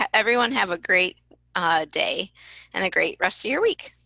everyone have a great day and a great rest of your week.